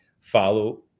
follow